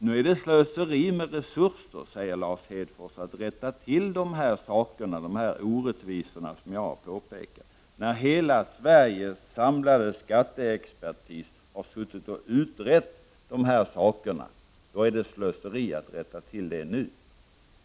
Nu är det slöseri med resurser, säger Lars Hedfors, att rätta till de här orättvisorna som jag har pekat på. När hela Sveriges samlade skatteexpertis har suttit och utrett de här sakerna, då är det slöseri att rätta till det nu!